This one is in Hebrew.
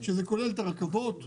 שכוללת את הרכבות,